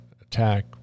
attack